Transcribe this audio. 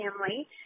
family